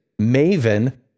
maven